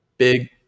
big